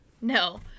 No